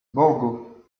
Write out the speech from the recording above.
borgo